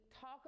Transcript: talk